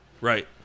Right